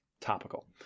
topical